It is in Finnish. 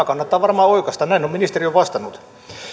kannattaa varmaan oikaista näin on ministeriö vastannut